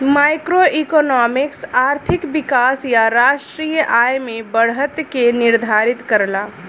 macroeconomics आर्थिक विकास या राष्ट्रीय आय में बढ़त के निर्धारित करला